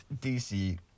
DC